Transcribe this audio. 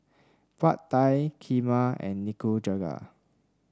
Pad Thai Kheema and Nikujaga